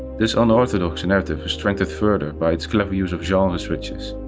this unorthodox narrative is strengthened further by its clever use of genre switches,